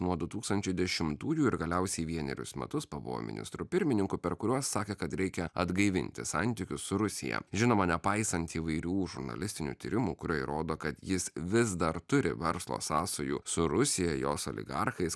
nuo du tūkstančiai dešimtųjų ir galiausiai vienerius metus pabuvo ministru pirmininku per kuriuos sakė kad reikia atgaivinti santykius su rusija žinoma nepaisant įvairių žurnalistinių tyrimų kurie įrodo kad jis vis dar turi verslo sąsajų su rusija jos oligarchais